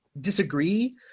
disagree